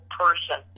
person